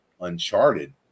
Uncharted